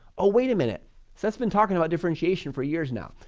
oh wait, a minute so that's been talking about differentiation for years now.